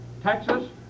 Texas